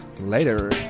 later